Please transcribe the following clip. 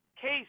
Case